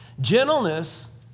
Gentleness